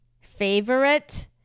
favorite